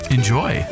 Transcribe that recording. Enjoy